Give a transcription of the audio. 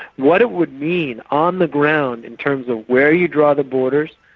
what it would mean on the ground in terms of where you draw the borders,